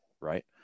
right